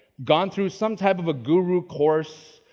gone through some type of a guru course,